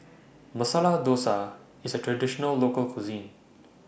Masala Dosa IS A Traditional Local Cuisine